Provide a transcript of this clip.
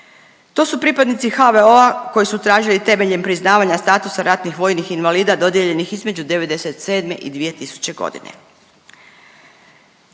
To su pripadnici HVO-a koji su tražili temeljem priznavanja statusa ratnih vojnih invalida dodijeljenih između '97. i 2000.g..